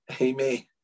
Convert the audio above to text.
Amen